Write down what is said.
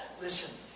listen